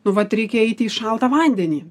nu vat reikia eiti į šaltą vandenį